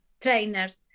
trainers